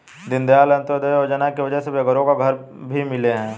दीनदयाल अंत्योदय योजना की वजह से बेघरों को घर भी मिले हैं